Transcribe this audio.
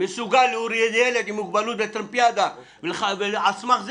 מסוגל להוריד ילד עם מוגבלות בטרמפיאדה על סמך זה